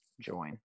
join